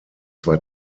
zwei